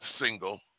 single